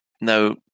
now